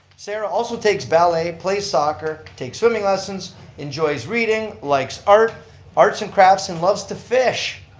sara also takes ballet, plays soccer takes swimming lessons enjoys reading, likes art arts and crafts, and loves to fish.